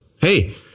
hey